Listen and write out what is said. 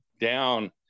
down